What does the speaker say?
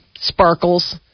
Sparkles